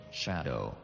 shadow